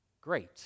great